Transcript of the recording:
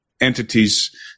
entities